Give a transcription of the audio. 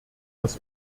das